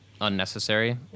unnecessary